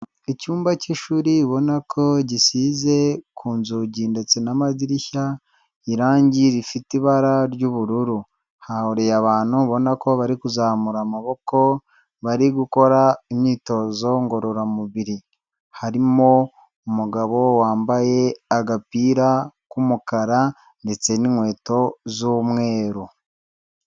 Icyumba cy'ishuri ubona ko gisize ku nzugi ndetse n'amadirishya irangi rifite ibara ry'ubururu. Hahuriye abantu ubona ko bari kuzamura amaboko bari gukora imyitozo ngororamubiri. Harimo umugabo wambaye agapira k'umukara ndetse n'inkweto z'umweru.